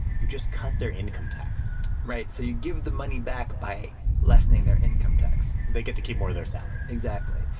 you just cut their income tax right. so you give the money back by lessening their income tax they get to keep more of their salary exactly.